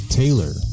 taylor